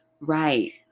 Right